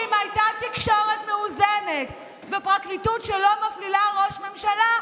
כי אם הייתה תקשורת מאוזנת ופרקליטות שלא מפלילה ראש ממשלה,